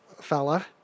fella